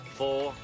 four